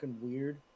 weird